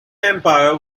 empire